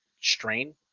strain